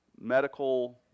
medical